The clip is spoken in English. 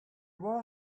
will